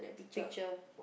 picture